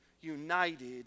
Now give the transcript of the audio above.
united